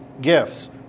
gifts